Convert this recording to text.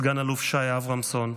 סגן אלוף שי אברמסון,